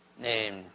named